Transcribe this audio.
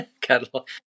catalog